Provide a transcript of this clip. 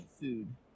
food